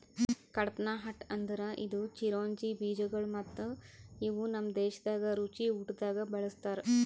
ಕಡ್ಪಾಹ್ನಟ್ ಅಂದುರ್ ಇದು ಚಿರೊಂಜಿ ಬೀಜಗೊಳ್ ಮತ್ತ ಇವು ನಮ್ ದೇಶದಾಗ್ ರುಚಿ ಊಟ್ದಾಗ್ ಬಳ್ಸತಾರ್